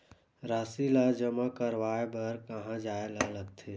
राशि ला जमा करवाय बर कहां जाए ला लगथे